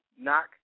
knock